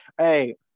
Hey